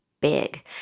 big